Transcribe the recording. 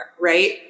right